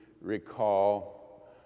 recall